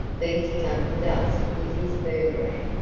beating up the dust with his boomerang,